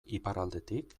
iparraldetik